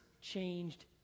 changed